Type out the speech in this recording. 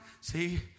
See